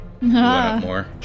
More